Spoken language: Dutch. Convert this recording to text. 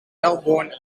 melbourne